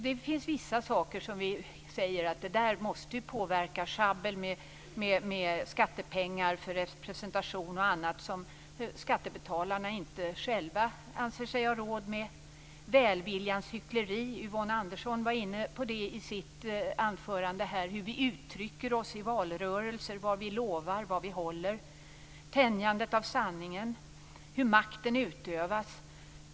Det finns vissa saker som vi säger att vi måste påverka: schabbel med skattepengar för representation och annat som skattebetalarna inte själva anser sig ha råd med, välviljans hyckleri. Yvonne Andersson var inne på det i sitt anförande. Hur vi uttrycker oss i valrörelser, vad vi lovar, vad vi håller. Tänjandet av sanningen, hur makten utövas.